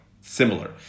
similar